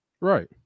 Right